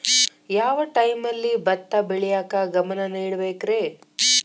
ಯಾವ್ ಟೈಮಲ್ಲಿ ಭತ್ತ ಬೆಳಿಯಾಕ ಗಮನ ನೇಡಬೇಕ್ರೇ?